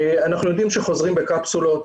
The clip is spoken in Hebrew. אנחנו יודעים שחוזרים בקפסולות.